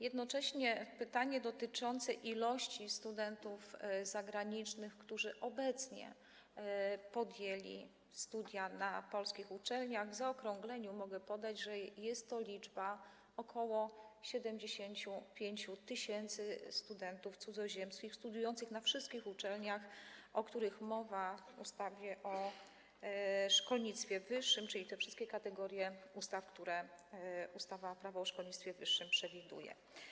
Jeśli chodzi o pytanie dotyczące liczby studentów zagranicznych, którzy obecnie podjęli studia na polskich uczelniach, w zaokrągleniu mogę podać, że jest to liczba ok. 75 tys. studentów cudzoziemskich studiujących na wszystkich uczelniach, o których mowa w Prawie o szkolnictwie wyższym, czyli chodzi o wszystkie kategorie uczelni, które ustawa Prawo o szkolnictwie wyższym przewiduje.